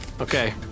Okay